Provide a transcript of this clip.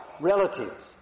relatives